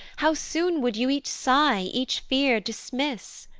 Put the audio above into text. how soon would you each sigh, each fear dismiss?